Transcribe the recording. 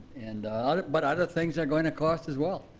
and ah but other things are going to cost as well.